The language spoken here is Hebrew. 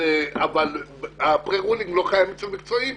הפרה רולינג לא --- מקצועיים,